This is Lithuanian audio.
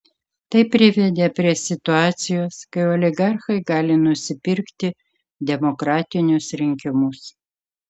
tai privedė prie situacijos kai oligarchai gali nusipirkti demokratinius rinkimus